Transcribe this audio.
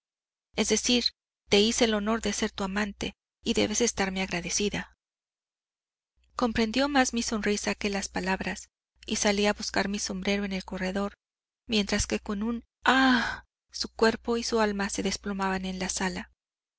es decir te hice el honor de ser tu amante y debes estarme agradecida comprendió más mi sonrisa que las palabras y salí a buscar mi sombrero en el corredor mientras que con un ah su cuerpo y su alma se desplomaban en la sala